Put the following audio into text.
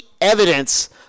evidence